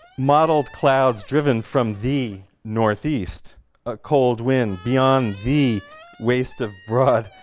mottled clouds driven from the northeast a cold wind. beyond, the waste of broad,